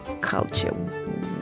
culture